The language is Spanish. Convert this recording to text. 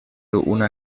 una